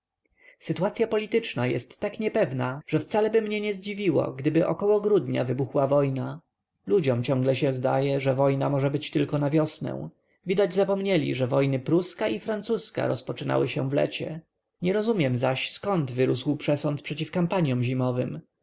sytuacya polityczna jest tak niepewna że wcaleby mnie nie zdziwiło gdyby około grudnia wybuchła wojna ludziom ciągle się zdaje że wojna może być tylko na wiosnę widać zapomnieli że wojny pruska i francuska rozpoczynały się w lecie nie rozumiem zaś zkąd wyrósł przesąd przeciw kampaniom zimowym